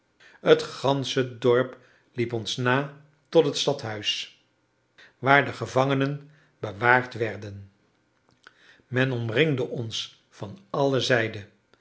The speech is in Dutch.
het gansche dorp liep ons na tot het stadhuis waar de gevangenen bewaard werden men omringde ons van alle zijden